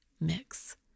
mix